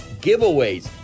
giveaways